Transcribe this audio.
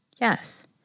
yes